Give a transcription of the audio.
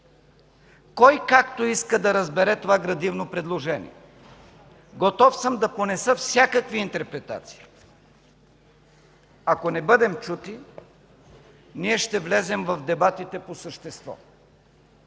Кой както иска да разбере това градивно предложение. Готов съм да понеса всякакви интерпретации. Ако не бъдем чути, ние ще влезем в дебатите по същество.